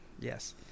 Yes